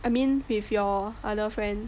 I mean with your other friends